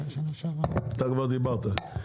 אתה כבר דיברת.